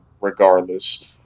regardless